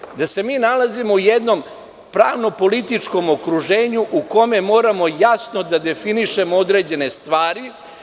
Ukazuje da se mi nalazimo u jednom pravno-političkom okruženju u kome moramo jasno da definišemo određene stvari.